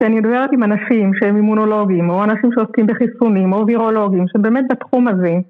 שאני מדברת עם אנשים שהם אימונולוגים או אנשים שעוסקים בחיסונים או וירולוגים שבאמת בתחום הזה